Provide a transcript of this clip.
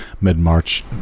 mid-March